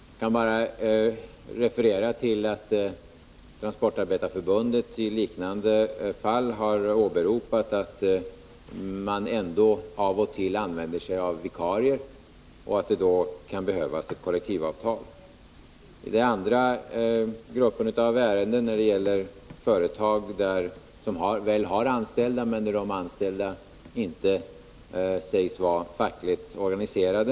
Jag kan bara referera till att Transportarbetareförbundet i liknande fall har åberopat att man ändå av och till använder sig av vikarier och att det då kan behövas ett kollektivavtal. Den andra gruppen av ärenden gäller företag som väl har anställda men där de anställda inte sägs vara fackligt organiserade.